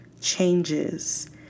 changes